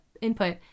input